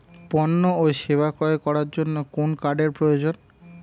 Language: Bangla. পণ্য ও সেবা ক্রয় করার জন্য কোন কার্ডের প্রয়োজন?